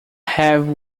have